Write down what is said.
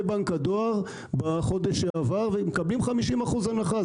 בנק הדואר בחודש שעבר והם מקבלים 50 אחוזים הנחה.